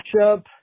matchup